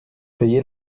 payez